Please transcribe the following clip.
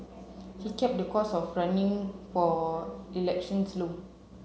he kept the cost of running for elections low